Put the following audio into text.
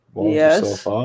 Yes